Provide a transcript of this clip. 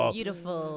Beautiful